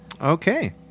Okay